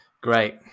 Great